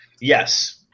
Yes